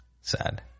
sad